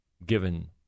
given